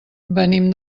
venim